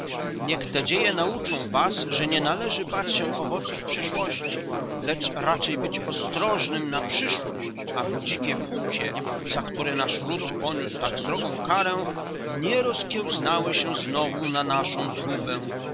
niech te dzieje nauczą was że nie należy bać się owoców przeszłości lecz raczej być ostrożnym na przyszłość aby dzikie chucie za które nasz ród poniósł tak srogą karę nie rozkiełznały się znowu na naszą zgubę